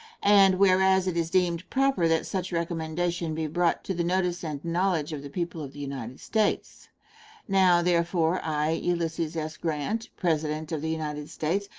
and whereas it is deemed proper that such recommendation be brought to the notice and knowledge of the people of the united states now, therefore, i, ulysses s. grant, president of the united states,